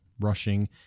rushing